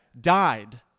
died